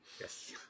Yes